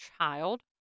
child